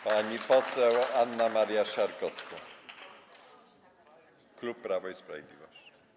Pani poseł Anna Maria Siarkowska, klub Prawo i Sprawiedliwość.